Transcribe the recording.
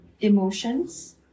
emotions